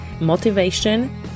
motivation